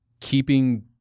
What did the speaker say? keeping